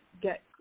get